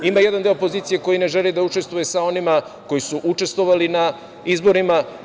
Ima jedan deo opozicije koji ne želi da učestvuje sa onima koji su učestvovali na izborima.